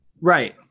Right